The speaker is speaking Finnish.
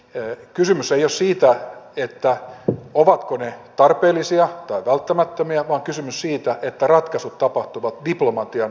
kysymys ei ole siitä ovatko ne tarpeellisia tai välttämättömiä vaan kysymys on siitä että ratkaisut tapahtuvat diplomatian ja ulkopolitiikan kautta